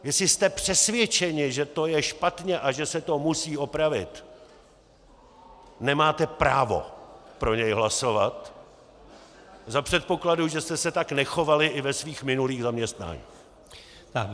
Jestli jste přesvědčeni, že to je špatně a že se to musí opravit, nemáte právo pro něj hlasovat za předpokladu, že jste se tak nechovali i ve svých minulých zaměstnáních.